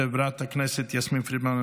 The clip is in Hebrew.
חברת הכנסת יסמין פרידמן,